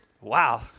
Wow